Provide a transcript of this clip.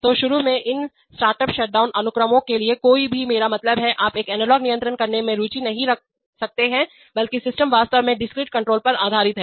तो शुरू में इन स्टार्टअप शटडाउन अनुक्रमों के लिए कोई भी मेरा मतलब है आप एक एनालॉग नियंत्रण करने में रुचि नहीं रख सकते हैं बल्कि सिस्टम वास्तव में डिस्क्रीट कंट्रोल पर आधारित है